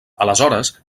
aleshores